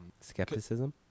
Skepticism